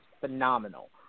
phenomenal